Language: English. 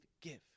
give